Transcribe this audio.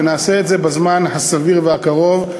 ונעשה את זה בזמן הסביר והקרוב.